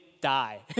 die